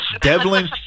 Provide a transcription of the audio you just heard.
Devlin